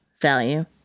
value